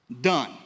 done